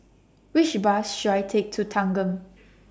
Which Bus should I Take to Thanggam